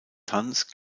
tanz